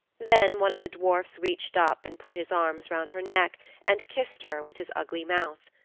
then one of the dwarfs reached up and put his arms round her neck and kissed her with his ugly mouth.